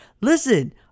Listen